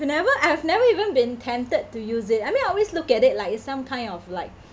whenever I've never even been tempted to use it I mean I always look at it like it's some kind of like